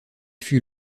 fut